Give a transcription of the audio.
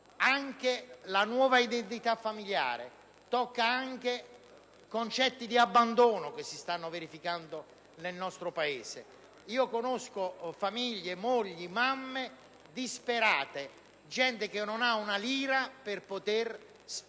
anche la nuova identità familiare e concetti di abbandono che si stanno verificando nel nostro Paese. Io conosco famiglie, mogli e mamme disperate. È gente che non ha i soldi per poter curare